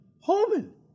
Holman